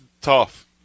tough